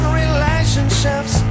relationships